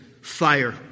fire